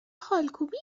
خالکوبی